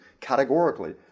Categorically